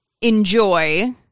enjoy